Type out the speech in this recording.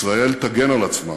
ישראל תגן על עצמה